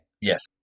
Yes